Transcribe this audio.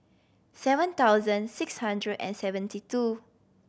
seven thousand six hundred and seventy two